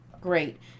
Great